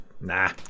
nah